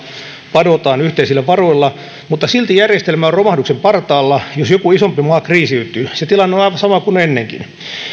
padotaan yhteisillä varoilla mutta silti järjestelmä on romahduksen partaalla jos joku isompi maa kriisiytyy se tilanne on aivan sama kuin ennenkin